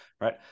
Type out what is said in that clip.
right